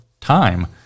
time